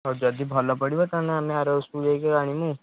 ହଉ ଯଦି ଭଲ ପଡ଼ିବ ତାହେନେ ଆମେ ଆରବର୍ଷକୁ ଯାଇ ଆଉ ଆଣିମୁ